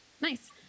Nice